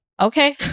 Okay